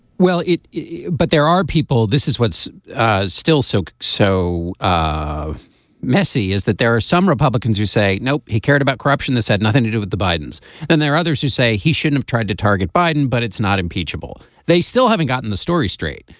well. yeah but there are people. this is what's still so so messy is that there are some republicans who say no he cared about corruption this had nothing to do with the bidens and there are others who say he shouldn't have tried to target biden. but it's not impeachable. they still haven't gotten the story straight.